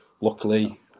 luckily